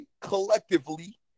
collectively